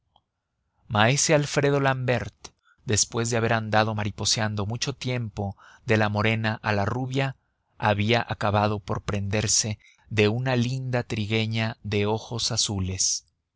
alfredo l'ambert después de haber andado mariposeando mucho tiempo de la morena a la rubia había acabado por prendarse de una linda trigueña de ojos azules